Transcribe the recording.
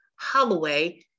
Holloway